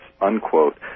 unquote